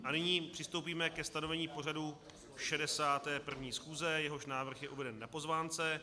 A nyní přistoupíme ke stanovení pořadu 61. schůze, jehož návrh je uveden na pozvánce.